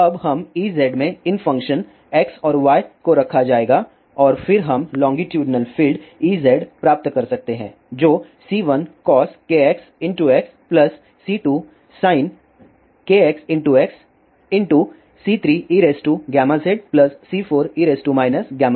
अब हम Ez में इन फंक्शन x और z को रखा जाएगा और फिर हम लोंगीटुडनल फील्ड Ez प्राप्त कर सकते हैं जो C1cos kxx C2sin kxx C3eγzC4e γz